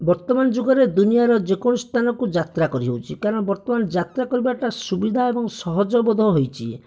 ବର୍ତ୍ତମାନ ଯୁଗରେ ଦୁନିଆଁର ଯେକୌଣସି ସ୍ଥାନକୁ ଯାତ୍ରା କରି ହେଉଛି କାରଣ ବର୍ତ୍ତମାନ ଯାତ୍ରା କରିବାଟା ସୁବିଧା ଏବଂ ସହଜ ବୋଧ ହୋଇଛି